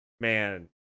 man